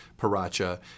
Paracha